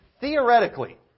theoretically